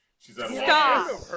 stop